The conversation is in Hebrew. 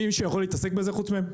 מישהו יכול להתעסק בזה חוץ מהם?